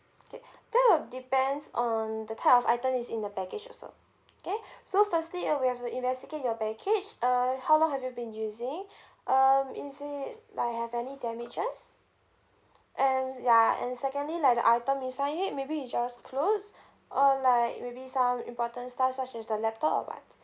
K that will depends on the type of item is in the baggage also okay so firstly uh we'll have to investigate your baggage uh how long have you been using uh is it like have any damages and ya and secondly like the item inside it maybe it's just clothes or like maybe some important stuff such as the laptop or what